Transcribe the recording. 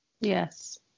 Yes